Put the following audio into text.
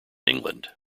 england